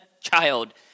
child